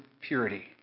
purity